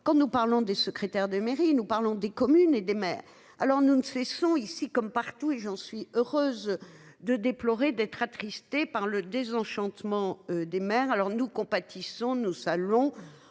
quand nous parlons des secrétaires de mairie, nous parlons des communes et des mères. Alors nous ne cessons ici comme partout et j'en suis heureuse de déplorer d'être attristé par le désenchantement des mères alors nous compatissons nous saluons